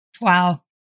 Wow